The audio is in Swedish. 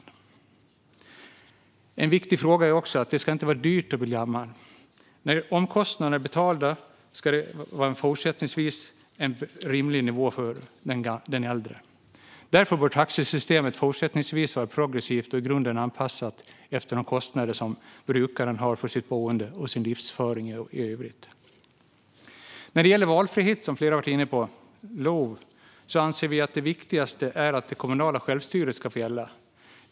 En annan viktig fråga är att det inte ska vara dyrt att bli gammal. När omkostnader är betalda ska det fortsättningsvis finnas kvar en rimlig nivå för den äldre. Därför bör taxesystemet i fortsättningen vara progressivt och i grunden anpassat utifrån de kostnader som brukaren har för sitt boende och sin livsföring i övrigt. Flera har varit inne på valfrihet och LOV. Vi anser att det viktigaste är att det kommunala självstyret ska få gälla.